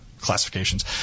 classifications